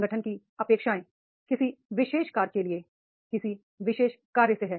संगठन की अपेक्षाएँ किसी विशेष कार्य के लिए किसी विशेष कार्य से हैं